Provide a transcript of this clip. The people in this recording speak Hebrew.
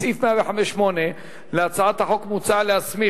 בסעיף 105(8) להצעת החוק מוצע להסמיך